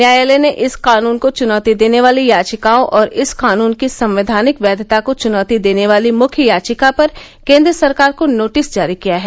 न्यायालय ने इस कान्न को चुनौती देने वाली याचिकाओं और इस कान्न की संवैधानिक वैधता को चुनौती देने वाली मुख्य याचिका पर केन्द्र सरकार को नोटिस जारी किया है